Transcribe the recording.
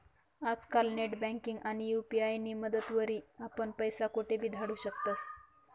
आजकाल नेटबँकिंग आणि यु.पी.आय नी मदतवरी आपण पैसा कोठेबी धाडू शकतस